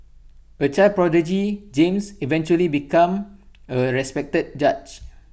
A child prodigy James eventually become A respected judge